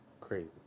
crazy